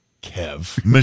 Kev